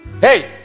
Hey